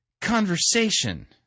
conversation